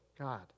God